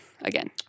again